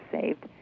saved